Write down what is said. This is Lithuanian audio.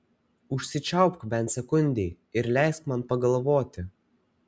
užsičiaupk bent sekundei ir leisk man pagalvoti